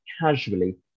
casually